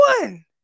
one